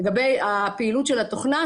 לגבי הפעילות של התוכנה,